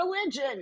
religion